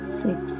six